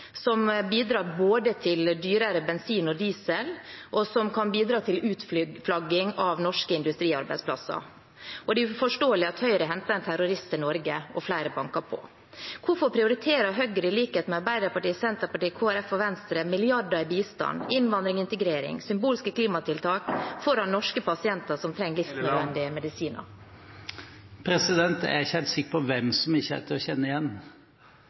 som både bidrar til dyrere bensin og diesel, og som kan bidra til utflagging av norske industriarbeidsplasser. Og det er uforståelig at Høyre henter en terrorist til Norge, og flere banker på. Hvorfor prioriterer Høyre – i likhet med Arbeiderpartiet, Senterpartiet, Kristelig Folkeparti og Venstre – milliarder til bistand, innvandring, integrering og symbolske klimatiltak foran norske pasienter som trenger livsnødvendige medisiner? Jeg er ikke helt sikker på hvem som ikke er til å kjenne igjen.